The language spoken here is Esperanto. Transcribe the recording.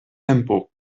tempo